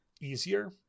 easier